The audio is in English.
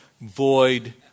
void